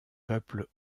peuple